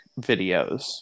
videos